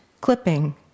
clipping